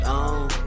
on